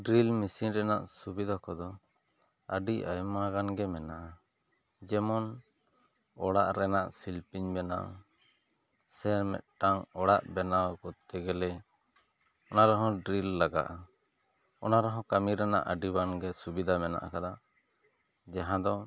drill machine ᱨᱮᱱᱟᱜ ᱥᱩᱵᱤᱫᱟ ᱠᱚ ᱫᱚ ᱟᱹᱰᱤ ᱟᱭᱢᱟ ᱜᱟᱱ ᱜᱮ ᱢᱮᱱᱟᱜᱼᱟ ᱡᱮᱢᱚᱱ ᱚᱲᱟᱜ ᱨᱮᱱᱟᱜ ᱥᱤᱞᱯᱤᱧ ᱵᱮᱱᱟᱣ ᱥᱮ ᱢᱤᱫᱴᱟᱝ ᱚᱲᱟᱜ ᱵᱮᱱᱟᱣ ᱠᱚᱨᱛᱮ ᱜᱮᱞᱮ ᱚᱱᱟ ᱨᱮᱦᱚᱸ ᱰᱨᱤᱞ ᱞᱟᱜᱟᱜᱼᱟ ᱚᱱᱟ ᱨᱮᱦᱚᱸ ᱠᱟᱹᱢᱤ ᱨᱮᱱᱟᱜ ᱟᱹᱰᱤ ᱜᱟᱱ ᱜᱮ ᱥᱩᱵᱤᱫᱟ ᱢᱮᱱᱟᱜ ᱟᱠᱟᱫᱟ ᱡᱟᱦᱟᱸ ᱫᱚ